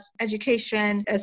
education